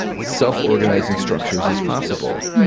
self-organizing structures as possible.